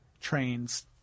trains